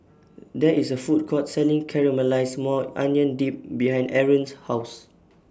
There IS A Food Court Selling Caramelized Maui Onion Dip behind Arron's House